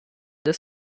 des